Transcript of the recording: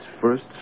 first